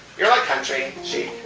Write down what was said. you're like country chic,